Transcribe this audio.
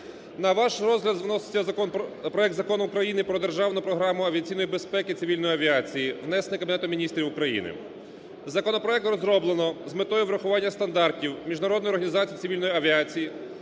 На ваш розгляд вноситься проект Закону України про Державну програму авіаційної безпеки цивільної авіації, внесений Кабінетом Міністрів України. Законопроект розроблено з метою врахування стандартів Міжнародної організації цивільної авіації,